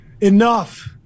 Enough